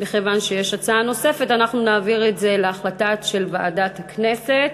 מכיוון שיש הצעה נוספת אנחנו נעביר את זה להחלטת ועדת הכנסת.